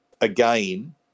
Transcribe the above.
again